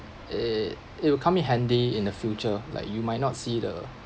it it will come in handy in the future like you might not see the